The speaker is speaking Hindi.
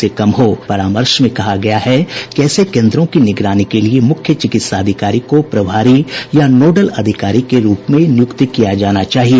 स्वास्थ्य मंत्रालय की द्वारा जारी परामर्श में कहा गया है कि ऐसे केन्द्रों की निगरानी के लिए मुख्य चिकित्सा अधिकारी को प्रभारी या नोडल अधिकारी के रूप में नियुक्त किया जाना चाहिए